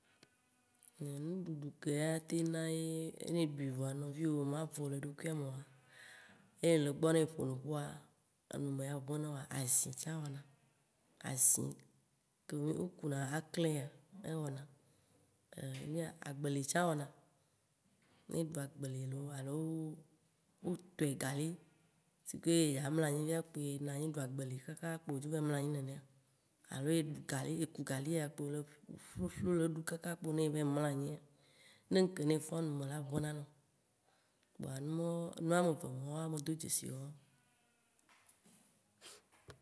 Ŋu ɖuɖu ke ya atem na ye, ne eɖui vɔ nɔviwo mavo le eɖokuia me oa, ne ele egbɔ enu me la ʋe ne wòa, azi tsã wɔna, azi ke ne wo kuna aklea ewɔna. Agbeli tsã wɔna, ne eɖu agbeli looo alo wotɔe gali si ke eya mlɔ anyi kpo ye anɔ anyi ɖu agbeli kaka kpo dzo va yi mlɔ anyi nenea, alo eɖu gali, eku gali ya kpo le ɖu ƒuƒlu le ɖu kaka kpo va yi mlɔ anyia, ne ŋke ne efɔ̃a, ŋme la ʋena nɔ. Kpoa numɔwo, nu ame eve mawo mede dzesi woawo.